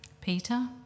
Peter